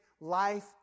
life